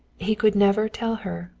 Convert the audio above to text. he could never tell her,